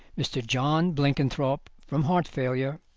mr. john blenkinthrope, from heart failure,